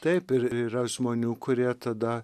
taip ir yra žmonių kurie tada